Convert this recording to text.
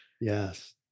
Yes